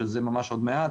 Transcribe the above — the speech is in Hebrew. שזה ממש עוד מעט,